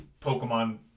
Pokemon